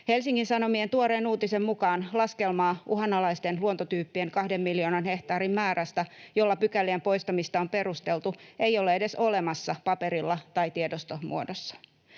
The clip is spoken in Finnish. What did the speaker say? Helsingin Sanomien tuoreen uutisen mukaan laskelmaa uhanalaisten luontotyyppien kahden miljoonan hehtaarin määrästä, jolla pykälien poistamista on perusteltu, ei ole edes olemassa paperilla tai tiedostomuodossa.